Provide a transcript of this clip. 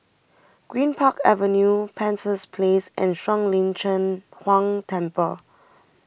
Greenpark Avenue Penshurst Place and Shuang Lin Cheng Huang Temple